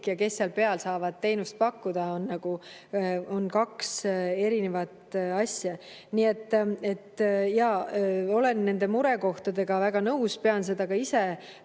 kes seal võrgus saavad teenust pakkuda, on nagu kaks erinevat asja. Nii et olen nende murekohtadega väga nõus, pean seda ka ise